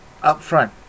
upfront